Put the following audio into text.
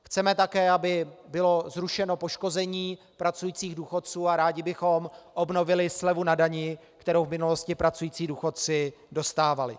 Chceme také, aby bylo zrušeno poškození pracujících důchodců, a rádi bychom obnovili slevu na dani, kterou v minulosti pracující důchodci dostávali.